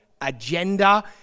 agenda